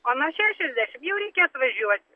o nuo šešiasdešim jau reikia atvažiuoti